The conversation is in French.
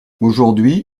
aujourd’hui